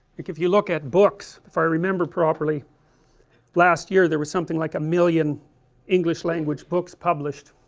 if you look at books, if i remember properly last year there was something like a million english language books published